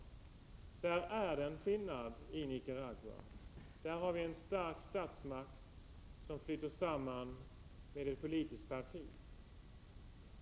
I detta avseende är det en skillnad då det gäller Nicaragua. Där har vi en stark statsmakt som flyter samman med ett politiskt parti.